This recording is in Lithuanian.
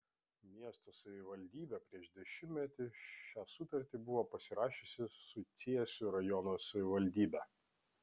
miesto savivaldybė prieš dešimtmetį šią sutartį buvo pasirašiusi su cėsių rajono savivaldybe